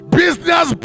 business